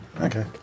okay